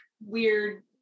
weird